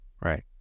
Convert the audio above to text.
Right